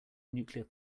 nuclear